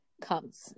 comes